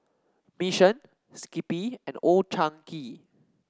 Mission Skippy and Old Chang Kee